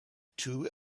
two